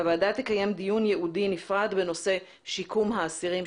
הוועדה תקיים דיון ייעודי נפרד בנושא שיקום האסירים,